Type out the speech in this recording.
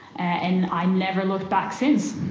and i've never looked back since.